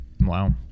Wow